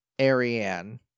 Ariane